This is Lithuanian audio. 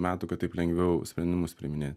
metų kad taip lengviau sprendimus priiminėt